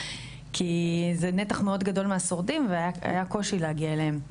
כי זה נתח מאוד גדול מהשורדים והיה קושי להגיע אליהם,